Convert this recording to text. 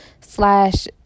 slash